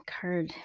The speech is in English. card